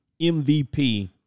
MVP